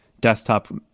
Desktop